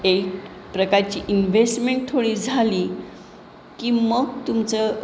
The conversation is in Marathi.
एक प्रकारची इन्व्हेस्टमेंट थोडी झाली की मग तुमचं